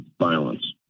violence